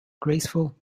graceful